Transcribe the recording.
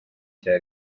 cya